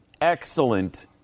excellent